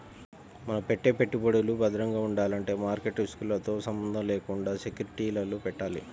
మనం పెట్టే పెట్టుబడులు భద్రంగా ఉండాలంటే మార్కెట్ రిస్కులతో సంబంధం లేకుండా సెక్యూరిటీలలో పెట్టాలి